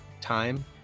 time